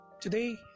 today